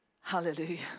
Hallelujah